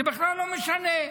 זה בכלל לא משנה.